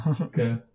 Okay